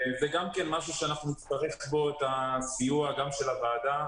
זה משהו שאנחנו נצטרך בו את הסיוע, גם של הוועדה,